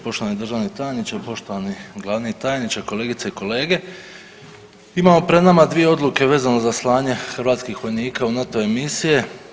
Poštovani državni tajniče, poštovani glavni tajniče, kolegice i kolege, imamo pred nama dvije odluke vezano za slanje hrvatskih vojnika u NATO-ve misije.